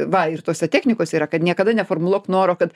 va ir tose technikose yra kad niekada ne formuluok noro kad